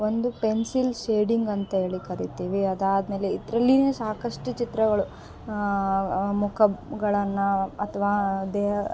ಒಂದು pencil shading ಅಂತ್ಹೇಳಿ ಕರೀತೀವಿ ಅದಾದ್ಮೇಲೆ ಇದರಲ್ಲಿನೇ ಸಾಕಷ್ಟು ಚಿತ್ರಗಳು ಮುಖಗಳನ್ನ ಅಥ್ವಾ ಅದೇ